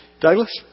Douglas